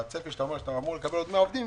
בצפי שאתה אומר שאתה אמור לקבל עוד 100 עובדים